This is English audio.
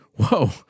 whoa